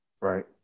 Right